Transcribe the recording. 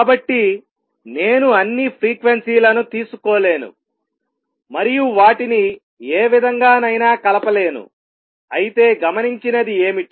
కాబట్టి నేను అన్ని ఫ్రీక్వెన్సీలను తీసుకోలేను మరియు వాటిని ఏ విధంగానైనా కలపలేను అయితే గమనించినది ఏమిటి